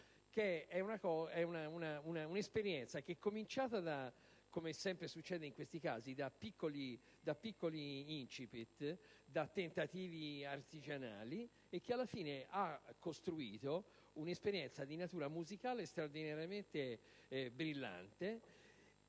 un'esperienza che è cominciata, come sempre succede in questi casi, da piccoli *incipit*, da tentativi artigianali e che alla fine ha prodotto un fenomeno di natura musicale straordinariamente brillante,